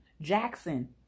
Jackson